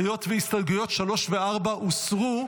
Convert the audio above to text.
היות שהסתייגויות 3 ו-4 הוסרו.